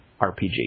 RPG